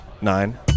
nine